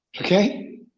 Okay